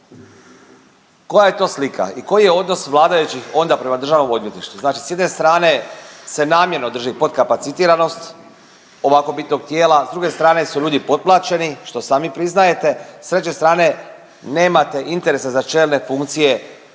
Koja je to slika i koji je odnos vladajućih onda prema državnom odvjetništvu, znači s jedne strane se namjerno drži potkapacitiranost ovako bitnog tijela, s druge strane su ljudi potplaćeni, što sami priznajete, s treće strane nemate interesa za čelne funkcije